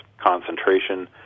concentration